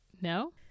No